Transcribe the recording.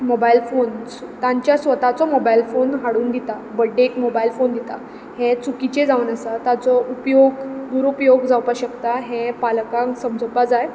mobile phones तांचे स्वताचो mobile phone हाडून दिता बड्डेक मोबायल फोन दिता हें चुकीचें जावन आसा ताचो उपयोग दुर्पयोग जावपा शकता हें पालकांक समजोपा जाय